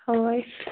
اوے